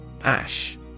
Ash